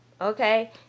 Okay